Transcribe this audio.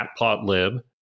Matplotlib